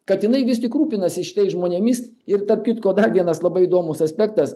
kad jinai vis tik rūpinasi šitais žmonėmis ir tarp kitko dar vienas labai įdomus aspektas